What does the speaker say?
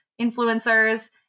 influencers